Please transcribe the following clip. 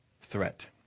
threat